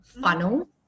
funnel